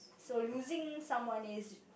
so losing someone is